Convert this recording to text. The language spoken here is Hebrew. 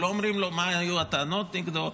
לא אומרים לו מה היו הטענות נגדו,